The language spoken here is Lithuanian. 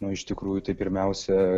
nu iš tikrųjų tai pirmiausia